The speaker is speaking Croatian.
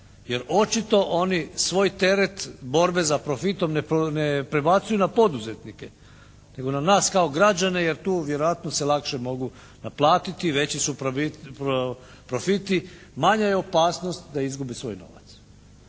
Jer očito oni svoj teret borbe za profitom ne prebacuju na poduzetnike nego na nas kao građane, jer tu vjerojatno se lakše mogu naplatiti i veći su profiti. Manja je opasnost da izgubi svoj novac.